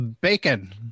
bacon